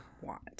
want